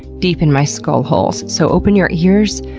deep in my skull holes. so, open your ears,